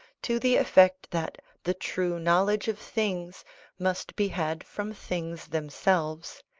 to the effect that the true knowledge of things must be had from things themselves,